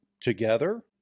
together